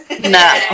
No